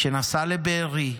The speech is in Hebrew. כשנסע לבארי,